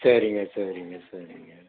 சரிங்க சரிங்க சரிங்க